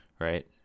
right